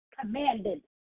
commanded